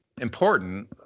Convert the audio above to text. important